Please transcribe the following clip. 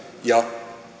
ja